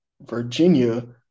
Virginia –